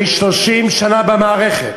אני 30 שנה במערכת,